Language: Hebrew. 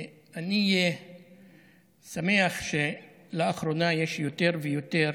אני שמח שלאחרונה יש יותר ויותר